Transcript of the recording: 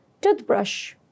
toothbrush